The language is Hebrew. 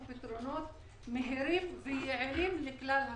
פתרונות מהירים ויעילים לכלל התושבים.